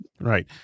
Right